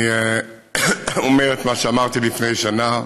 אני אומר את מה שאמרתי לפני שנה,